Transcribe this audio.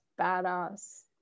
badass